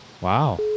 Wow